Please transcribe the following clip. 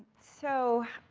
so,